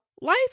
life